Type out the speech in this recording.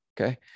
okay